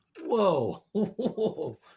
Whoa